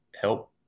help